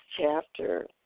chapter